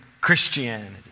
Christianity